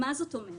מה זאת אומרת?